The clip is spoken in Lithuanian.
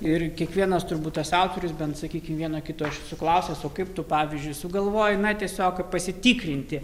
ir kiekvienas turbūt tas autorius bent sakykim vieno kito aš esu klausęs o kaip tu pavyzdžiui sugalvoji na tiesiog pasitikrinti